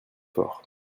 fort